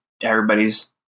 everybody's